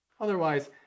Otherwise